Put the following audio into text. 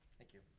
thank you.